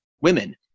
women